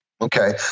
Okay